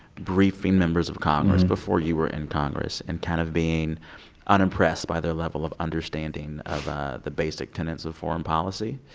briefing members of congress before you were in congress and kind of being unimpressed by their level of understanding of the basic tenants of foreign policy.